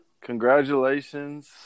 Congratulations